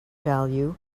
value